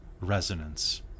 resonance